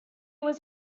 was